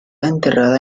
enterrada